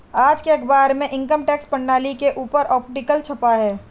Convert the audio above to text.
आज के अखबार में इनकम टैक्स प्रणाली के ऊपर आर्टिकल छपा है